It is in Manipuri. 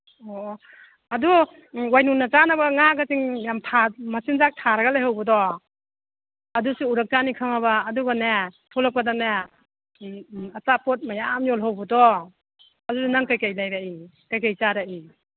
ꯑꯣ ꯑꯣ ꯑꯗꯨ ꯋꯥꯏꯅꯨꯅ ꯆꯥꯅꯕ ꯉꯥꯒꯁꯤꯡ ꯌꯥꯝ ꯃꯆꯤꯟꯖꯥꯛ ꯊꯥꯔꯒ ꯂꯩꯍꯧꯕꯗꯣ ꯑꯗꯨꯁꯨ ꯎꯔꯛꯁꯥꯅꯤ ꯈꯪꯉꯕ ꯑꯗꯨꯒꯅꯦ ꯊꯣꯛꯂꯛꯄꯗꯅꯦ ꯑꯆꯥꯄꯣꯠ ꯃꯌꯥꯝ ꯌꯣꯜꯍꯧꯕꯗꯣ ꯑꯗꯨꯁꯨ ꯅꯪ ꯀꯩꯀꯩ ꯂꯩꯔꯛꯏ ꯀꯩꯀꯩ ꯆꯥꯔꯛꯏ